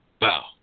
wow